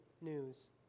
news